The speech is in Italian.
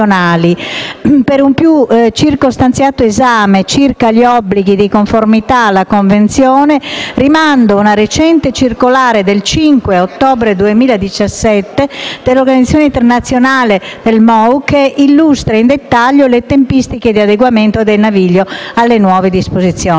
Per un più circostanziato esame circa gli obblighi di conformità alla Convenzione rimando a una recente circolare del 5 ottobre 2017 dell'organizzazione internazionale Paris MoU, che illustra in dettaglio le tempistiche di adeguamento del naviglio alle nuove disposizioni.